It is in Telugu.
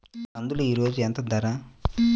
కందులు ఈరోజు ఎంత ధర?